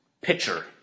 pitcher